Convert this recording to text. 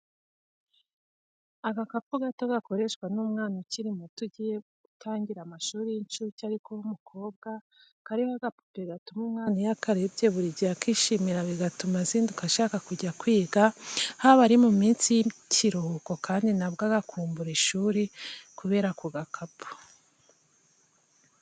Agakapu gato gakoreshwa n'umwana ukiri muto ugiye gutangira amashuri y'incuke ariko w'umukobwa, kariho agapupe gatuma umwana iyo akarebye buri gihe akishimira bigatuma azinduka ashaka kujya kwiga, haba ari mu minsi y'ikiruhuko kandi nabwo agakumbura ishuri kubera ako gakapu.